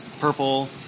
purple